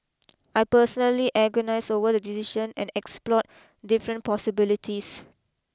I personally agonised over the decision and explored different possibilities